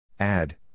Add